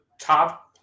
top